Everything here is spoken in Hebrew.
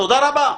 תודה רבה.